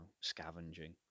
scavenging